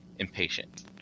impatient